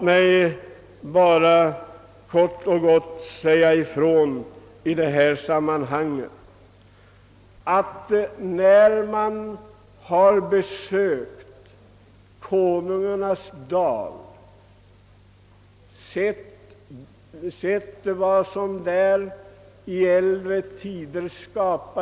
Man kan besöka Konungarnas dal och se vad som skapades där i äldre tider.